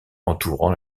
entourant